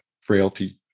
frailty